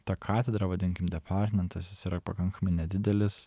ta katedra vadinkim departmentas jis yra pakankamai nedidelis